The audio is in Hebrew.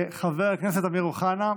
חבר הכנסת אמיר אוחנה,